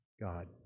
God